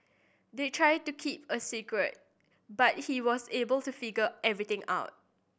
they tried to keep it a secret but he was able to figure everything out